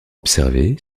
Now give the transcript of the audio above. observer